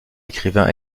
écrivain